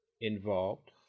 involved